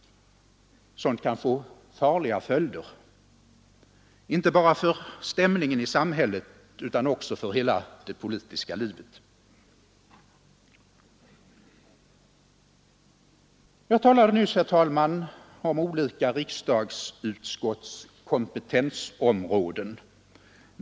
Sådant kan få farliga följder, inte bara för stämningen i samhället utan också för hela det politiska livet. Jag talade nyss, herr talman, om olika riksdagsutskotts kompetensområden.